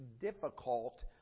difficult